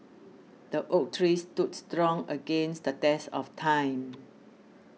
the oak tree stood strong against the test of time